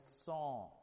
song